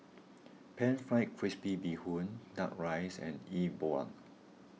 Pan Fried Crispy Bee Hoon Duck Rice and E Bua